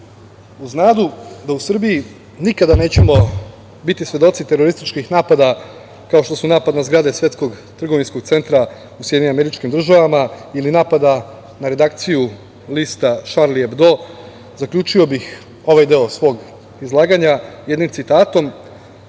Uz nadu da u Srbiji nikada nećemo biti svedoci terorističkih napada, kao što su napadi na zgrade Svetskog trgovinskog centra u SAD ili napada na Redakciju Lista „Šarli Ebdo“ zaključio bih ovaj deo svog izlaganja jednim citatom